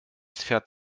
fährt